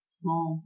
small